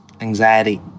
anxiety